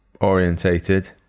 orientated